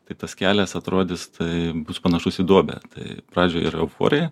tai tas kelias atrodys tai bus panašus į duobę tai pradžioj yra euforija